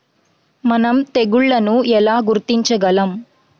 మనం తెగుళ్లను ఎలా గుర్తించగలం?